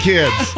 Kids